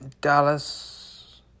Dallas